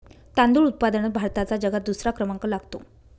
तांदूळ उत्पादनात भारताचा जगात दुसरा क्रमांक लागतो